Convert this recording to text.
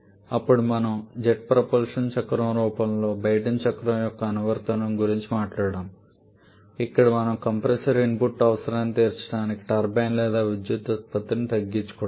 అప్పుడు మనము jet propulsion చక్రం రూపంలో బ్రైటన్ చక్రం యొక్క అనువర్తనం గురించి మాట్లాడాము ఇక్కడ మనము కంప్రెసర్ ఇన్పుట్ అవసరాన్ని తీర్చడానికి టర్బైన్ లేదా విద్యుత్ ఉత్పత్తిని తగ్గించుకుంటాము